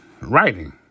writing